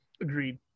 agreed